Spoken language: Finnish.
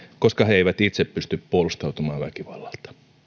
koska he eivät itse pysty puolustautumaan väkivallalta